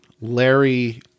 Larry